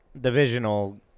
Divisional